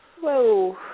Whoa